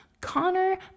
Connor